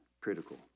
critical